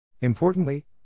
Importantly